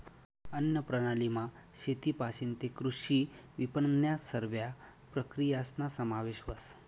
अन्नप्रणालीमा शेतपाशीन तै कृषी विपनननन्या सरव्या प्रक्रियासना समावेश व्हस